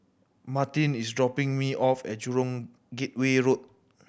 Martine is dropping me off at Jurong Gateway Road